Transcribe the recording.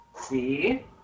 See